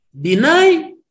deny